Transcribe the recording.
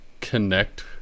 connect